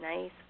nice